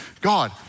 God